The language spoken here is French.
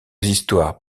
histoires